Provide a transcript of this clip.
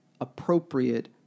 appropriate